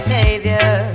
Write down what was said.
Savior